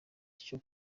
cyo